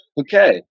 Okay